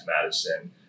Madison